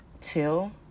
Till